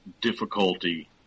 difficulty